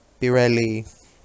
Pirelli